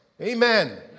amen